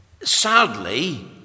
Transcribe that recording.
Sadly